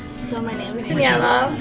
so my name is daniela,